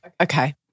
Okay